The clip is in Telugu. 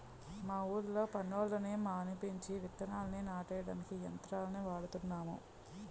మా ఊళ్ళో పనోళ్ళని మానిపించి విత్తనాల్ని నాటడానికి యంత్రాలను వాడుతున్నాము